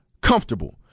comfortable